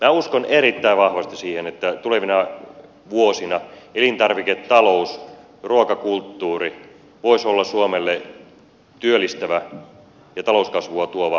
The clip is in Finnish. minä uskon erittäin vahvasti siihen että tulevina vuosina elintarviketalous ruokakulttuuri voisi olla suomelle työllistävä ja talouskasvua tuova sektori aivan toisella tavalla kuin tähän mennessä